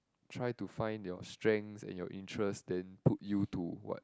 try to find your strengths and your interest then put you to what